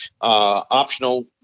optional